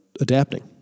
adapting